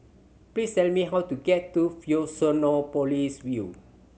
please tell me how to get to Fusionopolis View